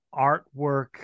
artwork